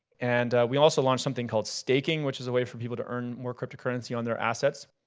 and we also launched something called staking which is a way for people to earn more cryptocurrency on their assets.